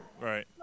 Right